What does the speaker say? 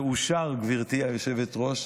והושר, גברתי היושבת-ראש,